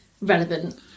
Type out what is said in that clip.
relevant